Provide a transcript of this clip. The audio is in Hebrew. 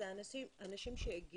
זה אנשים שהגיעו,